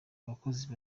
abakozi